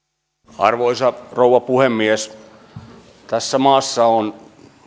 arvoisa rouva puhemies tässä maassa on